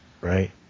Right